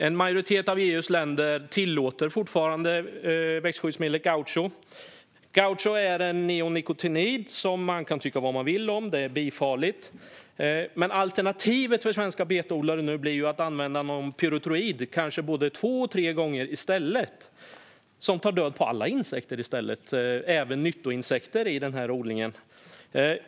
En majoritet av EU:s länder tillåter fortfarande växtskyddsmedlet Gaucho. Gaucho är en neonikotinid, som man kan tycka vad man vill om. Den är farlig för bin. Men alternativet för svenska betodlare blir att använda någon pyretroid, kanske både två och tre gånger, i stället. Den tar död på alla insekter i stället, även nyttoinsekter i odlingen.